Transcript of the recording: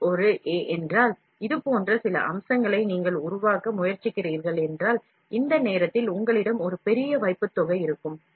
நீங்கள் ஒரு a என்றால் இதுபோன்ற சில அம்சங்களை நீங்கள் உருவாக்க முயற்சிக்கிறீர்கள் என்றால் இந்த நேரத்தில் உங்களிடம் ஒரு பெரிய வைப்புத்தொகை இருக்கும்